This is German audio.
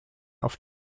auf